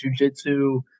jujitsu